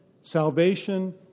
salvation